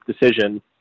decision